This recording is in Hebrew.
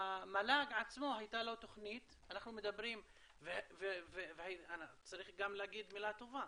למל"ג הייתה תוכנית, וצריך גם להגיד מילה טובה,